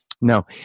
No